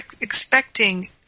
expecting